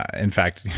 ah in fact,